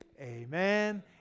amen